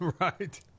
Right